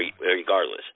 Regardless